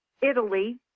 Italy